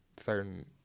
certain